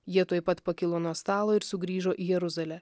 jie tuoj pat pakilo nuo stalo ir sugrįžo į jeruzalę